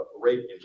rate